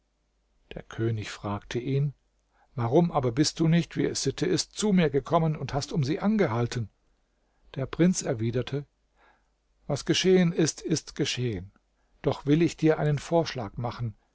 der könig fragte ihn warum aber bist du nicht wie es sitte ist zu mir gekommen und hast um sie angehalten der prinz erwiderte was geschehen ist ist geschehen doch will ich dir einen vorschlag machen